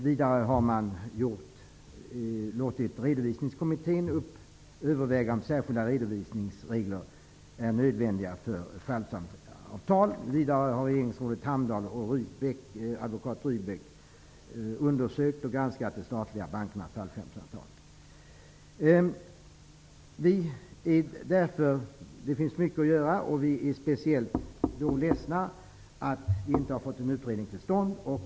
Vidare har man låtit Redovisningskommittén överväga om särskilda redovisningsregler är nödvändiga för fallskärmsavtal. Vidare har regeringsrådet Hamndahl och advokaten Rudbeck undersökt och granskat de statliga bankernas fallskärmsavtal. Det finns mycket att göra. Vi är speciellt ledsna över att en utredning inte kommit till stånd.